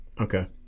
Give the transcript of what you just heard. Okay